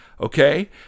okay